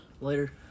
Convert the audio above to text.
Later